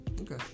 okay